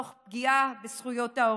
תוך פגיעה בזכויות העובדים.